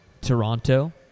Toronto